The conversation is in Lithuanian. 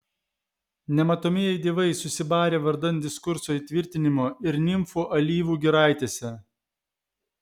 nematomieji dievai susibarę vardan diskurso įtvirtinimo ir nimfų alyvų giraitėse